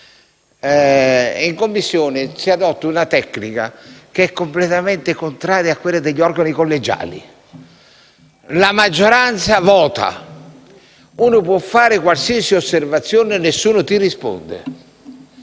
in Commissione, dove si adotta una tecnica che è completamente contraria a quella degli organi collegiali. La maggioranza vota, si può fare qualsiasi osservazione ma nessuno risponde.